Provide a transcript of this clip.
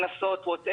קנסות ועוד.